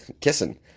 Kissing